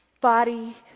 body